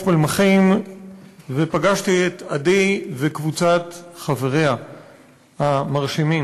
פלמחים ופגשתי את עדי וקבוצת חבריה המרשימים.